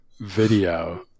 video